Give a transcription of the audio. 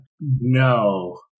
No